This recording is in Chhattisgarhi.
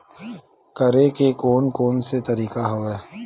करे के कोन कोन से तरीका हवय?